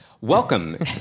Welcome